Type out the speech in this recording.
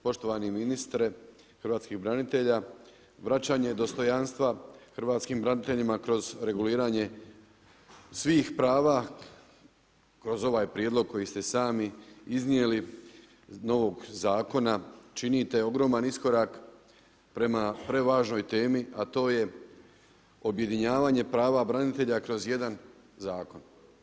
Poštovani ministre hrvatskih branitelja, vraćanje dostojanstva hrvatskih braniteljima kroz reguliranje svih prava kroz ovaj prijedlog koji ste i sami iznijeli novog zakona, činite ogroman iskorak prema prevažnoj temi, a to je objedinjavanje prava branitelja kroz jedan zakon.